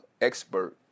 expert